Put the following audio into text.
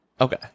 okay